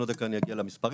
אני עוד דקה אגיע למספרים.